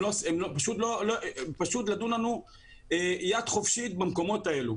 הם פשוט נתנו לנו יד חופשית במקומות האלה.